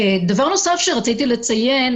דבר נוסף שרציתי לציין,